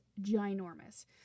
ginormous